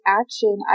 action